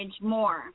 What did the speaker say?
more